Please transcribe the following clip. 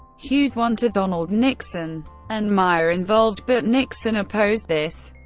hughes wanted donald nixon and meier involved, but nixon opposed this.